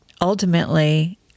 ultimately